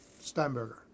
Steinberger